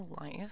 life